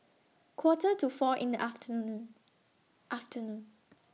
Quarter to four in The afternoon afternoon